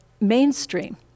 mainstream